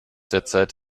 derzeit